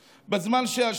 ממש בכניסת השבת.